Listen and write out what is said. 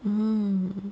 mm